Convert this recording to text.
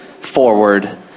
forward